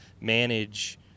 manage